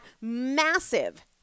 massive